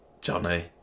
Johnny